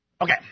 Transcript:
Okay